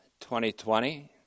2020